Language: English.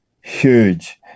huge